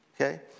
okay